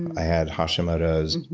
i had hashimoto's,